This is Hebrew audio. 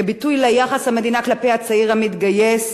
כביטוי ליחס המדינה כלפי הצעיר המתגייס: